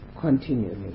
continually